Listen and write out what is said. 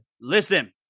listen